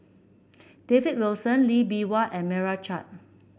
David Wilson Lee Bee Wah and Meira Chand